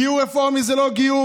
גיור רפורמי זה לא גיור.